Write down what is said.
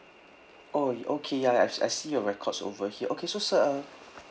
oh okay ya I I see your records over here okay so sir uh